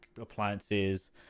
appliances